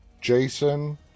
...Jason